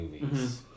movies